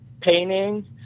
painting